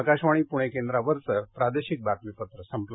आकाशवाणी पुणे केंद्रावरचं प्रादेशिक बातमीपत्र संपलं